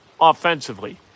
offensively